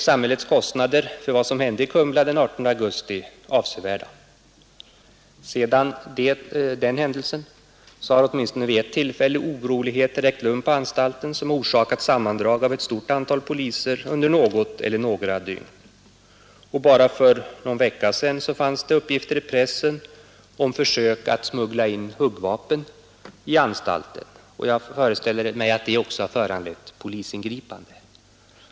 Samhällets kostnader för vad som hände i Kumla den 18 augusti har alltså blivit avsevärda. Sedan den händelsen inträffade har åtminstone vid ett tillfälle oroligheter ägt rum på anstalten, som orsakat sammandrag av ett stort antal poliser under något eller några dygn. Bara för någon vecka sedan förekom det pressuppgifter om försök att smuggla in huggvapen i anstalten, och det torde också ha föranlett polisingripande.